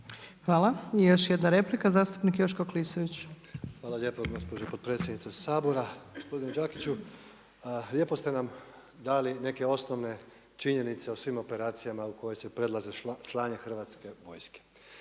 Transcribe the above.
Hvala. I još jedna replika zastupnik Joško Klisović. **Klisović, Joško (SDP)** Hvala lijepo gospođo potpredsjednice Sabora. Gospodine Đakiću, lijepo ste nam dali neke osnovne činjenice o svim operacijama u koje se predlaže slanje hrvatske vojske.